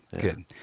Good